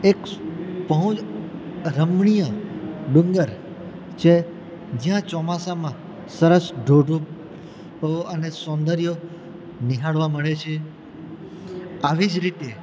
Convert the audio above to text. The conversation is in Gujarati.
એક બહુ રમણીય ડુંગર છે જ્યાં ચોમાસામાં સરસ ધોધ અને સૌંદર્ય નિહાળવા મળે છે આવી જ રીતે